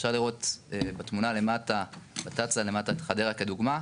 אפשר לראות בתצ"א למטה את חדרה כדוגמה.